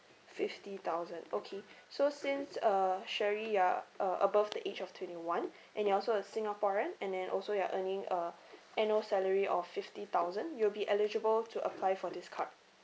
fifty thousand okay so since uh sherry ya uh above the age of twenty one and you're also a singaporean and then also you're earning a annual salary of fifty thousand you'll be eligible to apply for this card